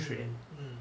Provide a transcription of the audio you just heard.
mm mm